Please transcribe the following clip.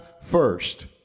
first